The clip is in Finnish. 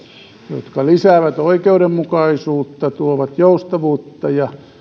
jotka lisäävät oikeudenmukaisuutta tuovat joustavuutta ja